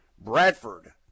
Bradford